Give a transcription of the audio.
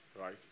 right